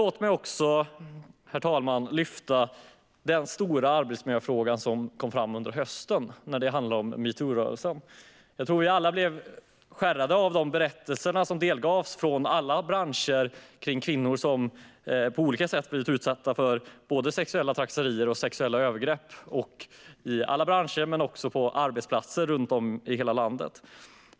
Låt mig också ta upp den stora arbetsmiljöfråga som kom fram under hösten i samband med metoo-rörelsen. Jag tror att vi alla blev skärrade av de berättelser som delgavs från kvinnor som på olika sätt blivit utsatta för både sexuella trakasserier och sexuella övergrepp i alla branscher och på arbetsplatser runt om i hela landet.